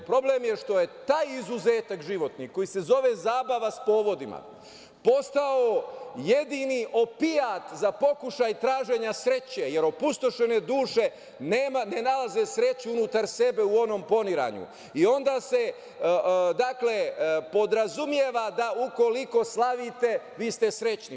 Problem je što je taj izuzetak životni, koji se zove zabava sa povodima, postao jedini opijat za pokušaj traženja sreće, jer opustošene duše ne nalaze sreću unutar sebe, u onom poniranju i onda se podrazumeva da ukoliko slavite vi ste srećni.